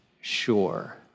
sure